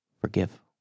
forgive